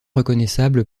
reconnaissable